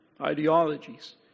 ideologies